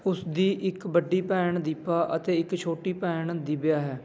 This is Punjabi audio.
ਉਸ ਦੀ ਇੱਕ ਵੱਡੀ ਭੈਣ ਦੀਪਾ ਅਤੇ ਇੱਕ ਛੋਟੀ ਭੈਣ ਦਿਵਿਆ ਹੈ